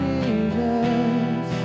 Jesus